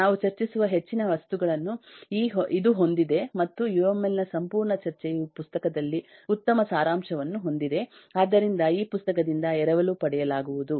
ನಾವು ಚರ್ಚಿಸುವ ಹೆಚ್ಚಿನ ವಸ್ತುಗಳನ್ನು ಇದು ಹೊಂದಿದೆ ಮತ್ತು ಯುಎಂಎಲ್ ನ ಸಂಪೂರ್ಣ ಚರ್ಚೆಯು ಈ ಪುಸ್ತಕದಲ್ಲಿ ಉತ್ತಮ ಸಾರಾಂಶವನ್ನು ಹೊಂದಿದೆ ಆದ್ದರಿಂದ ಈ ಪುಸ್ತಕದಿಂದ ಎರವಲು ಪಡೆಯಲಾಗುವುದು